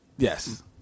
Yes